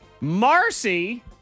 Marcy